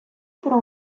про